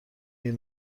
این